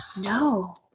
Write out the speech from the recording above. no